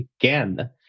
again